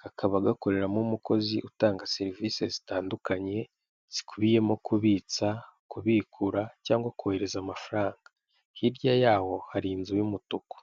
kakaba gakoreramo umukozi utanga serivisi zitandukanye, zikubiyemo kubitsa, kubikura cyangwa kohereza amafaranga, hirya yaho hari inzu y'umutuku.